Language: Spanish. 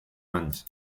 mans